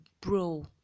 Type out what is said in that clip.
bro